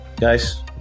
guys